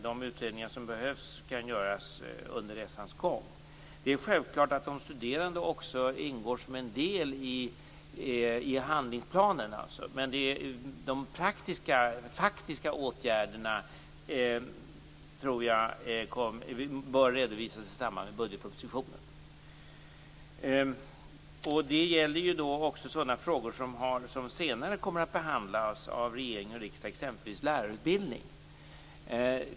De utredningar som behövs kan göras under resans gång. Det är självklart att de studerande också ingår som en del i handlingsplanen men de praktiska, faktiska åtgärderna tror jag bör redovisas i samband med budgetpropositionen. Det gäller också sådana frågor som senare kommer att behandlas av regering och riksdag, exempelvis lärarutbildningen.